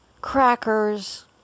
crackers